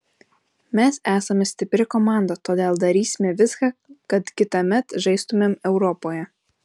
mes esame stipri komanda todėl darysime viską kad kitąmet žaistumėm europoje